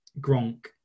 Gronk